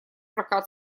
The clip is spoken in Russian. прокат